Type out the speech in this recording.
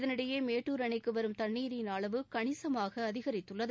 இதனிடையே மேட்டுர் அணைக்கு வரும் தண்ணீரின் அளவு கணிசமாக அதிகரித்துள்ளது